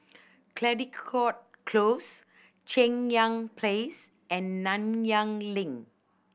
Caldecott Close Cheng Yan Place and Nanyang Link